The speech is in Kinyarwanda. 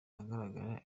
ahagaragara